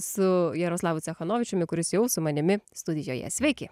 su jaroslavu cechanovičiumi kuris jau su manimi studijoje sveiki